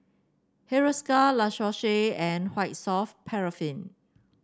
Hiruscar La Roche Porsay and White Soft Paraffin